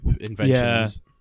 inventions